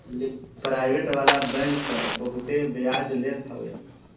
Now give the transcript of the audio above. private वाला bank तअ बहुते बियाज लेत हवे